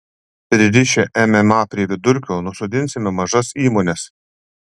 pririšę mma prie vidurkio nusodinsime mažas įmones